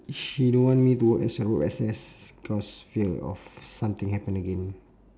she don't want me to work as a road access cause fear of something happening again